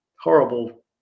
horrible